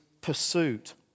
pursuit